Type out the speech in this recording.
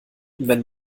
wenn